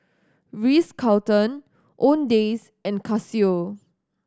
Ritz Carlton Owndays and Casio